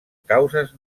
causes